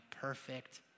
perfect